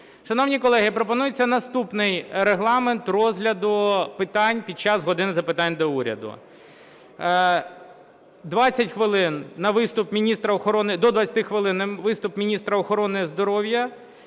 Шановні колеги, пропонується наступний регламент розгляду питань під час "години запитань до Уряду": до 20 хвилин – на виступ міністра охорони здоров'я,